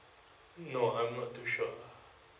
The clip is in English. no I'm not too sure